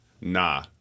Nah